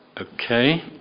Okay